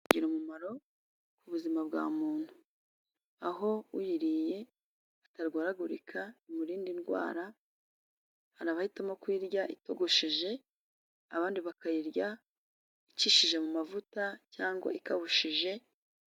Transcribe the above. Bigira umumaro ku buzima bwa muntu aho uyiriye atarwaragurika imurinda indwara. Hari abahitamo kuyirya itogosheje, abandi bakayirya icishije mu mavuta cyangwa ikawushije.